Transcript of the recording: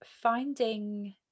finding